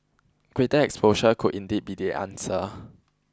greater exposure could indeed be the answer